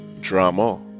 drama